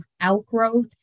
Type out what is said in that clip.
outgrowth